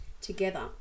together